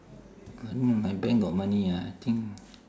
I mean my bank got money ah I think